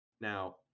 now